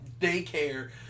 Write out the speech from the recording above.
daycare